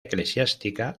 eclesiástica